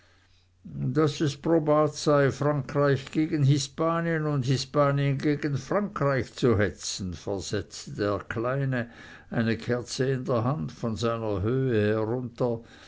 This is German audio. daß es probat sei frankreich gegen hispanien und hispanien gegen frankreich zu hetzen versetzte der kleine eine kerze in der hand von seiner höhe herunter